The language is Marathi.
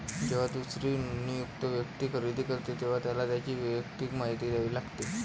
जेव्हा दुसरी नोंदणीकृत व्यक्ती खरेदी करते, तेव्हा त्याला त्याची वैयक्तिक माहिती द्यावी लागते